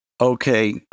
Okay